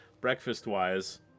breakfast-wise